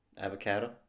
Avocado